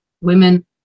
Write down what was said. Women